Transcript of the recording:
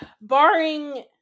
Barring